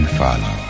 follow